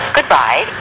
Goodbye